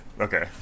Okay